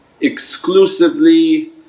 exclusively